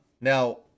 Now